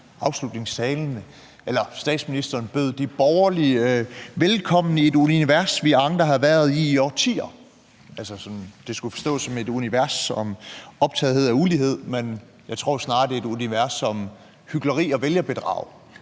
i afslutningstalen de borgerlige velkommen i et univers, som andre har været i i årtier, altså det skulle forstås som et univers af optagethed af ulighed. Men jeg tror snarere, at det er et univers af hykleri og vælgerbedrag,